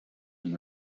and